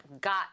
got